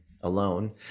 alone